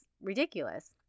ridiculous